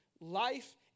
life